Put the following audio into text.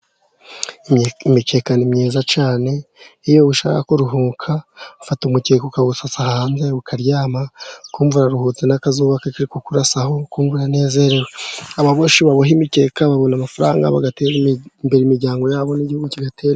Imikeka ni myiza cyane. Iyo ushaka kuruhuka, ufata umukeka ukawusasa hanze ukaryama, ukumva uraruhutse, n'akazuba kari kurasaho ukumva uranezerewe. Ababoshyi baboha imikeka babona amafaranga, bagateza imbere imiryango yabo n'igihugu kigatera imbere.